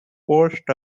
post